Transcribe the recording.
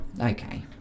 Okay